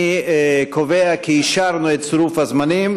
אני קובע כי אישרנו את צירוף השרים.